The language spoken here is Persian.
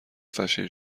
فشن